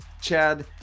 Chad